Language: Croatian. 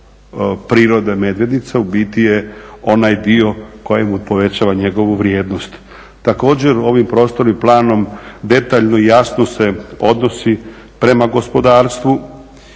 prirode Medvednica u biti je onaj dio koji mu povećava njegovu vrijednost. Također ovim prostornim planom detaljno i jasno se odnosi prema gospodarstvu